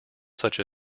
such